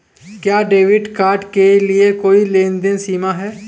क्या debit card के लिए कोई लेनदेन सीमा है?